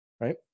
right